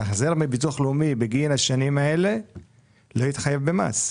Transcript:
צריך לקבוע שההחזר מביטוח לאומי בגין השנים האלה לא יתחייב במס.